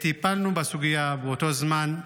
טיפלנו בסוגיה באותו זמן.